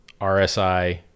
RSI